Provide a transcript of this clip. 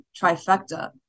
trifecta